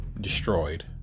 destroyed